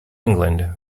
england